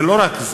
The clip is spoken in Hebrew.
זה לא רק זה.